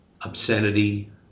obscenity